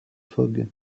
fogg